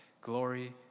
glory